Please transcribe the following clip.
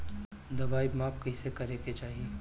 दवाई माप कैसे करेके चाही?